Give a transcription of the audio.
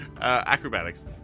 Acrobatics